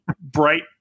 bright